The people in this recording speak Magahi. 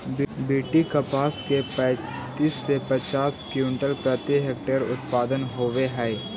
बी.टी कपास के पैंतीस से पचास क्विंटल प्रति हेक्टेयर उत्पादन होवे हई